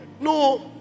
no